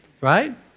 right